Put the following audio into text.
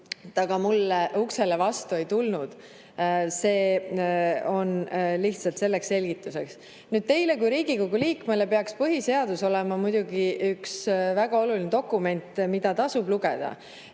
ta mulle uksele vastu ei tulnudki. See on [öeldud] lihtsalt selgituseks. Teile kui Riigikogu liikmele peaks põhiseadus olema muidugi üks väga oluline dokument, mida tasub lugeda.